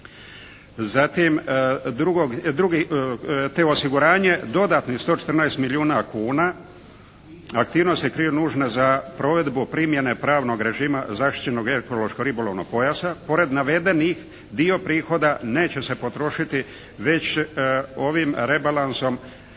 drugi, te osiguranje dodatnih 114 milijuna kuna, aktivnosti koje su nužne za provedbu primjene pravnog režima zaštićenog ekološko-ribolovnog pojasa. Pored navedenih dio prihoda neće se potrošiti već ovim rebalansom